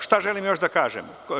Šta želim još da kažem?